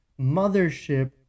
mothership